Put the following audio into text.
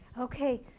Okay